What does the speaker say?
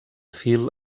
fil